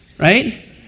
Right